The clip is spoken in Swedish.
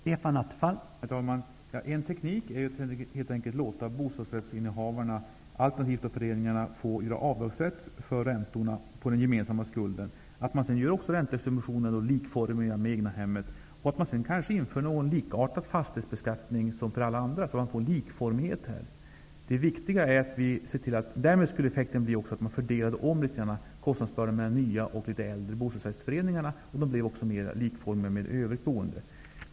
Herr talman! En teknik är att helt enkelt låta bostadsrättsinnehavarna, alternativt föreningarna, få avdragsrätt för räntorna på den gemensamma skulden. Då får man också göra räntesubventionerna likformiga dem för egnahemmet. Sedan kanske man inför någon likartad fastighetsbeskattning som för alla andra, så att man får likformighet. Därmed skulle effekten också bli att man fördelade om kostnadsbördan litet grand mellan nya och litet äldre bostadsrättsföreningar. De blir då också mer likformiga med övrigt boende.